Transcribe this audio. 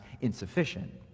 insufficient